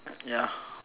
ya